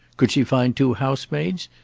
could she find two housemaids?